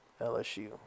lsu